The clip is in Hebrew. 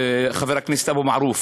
חבר הכנסת אבו מערוף,